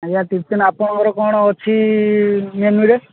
ଆଜ୍ଞା ଟିଫିନ୍ ଆପଣଙ୍କର କ'ଣ ଅଛି ମେନ୍ୟୁରେ